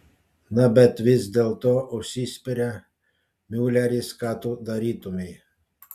na bet vis dėlto užsispiria miuleris ką tu darytumei